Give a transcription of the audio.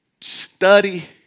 study